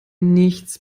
nichts